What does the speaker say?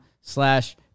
slash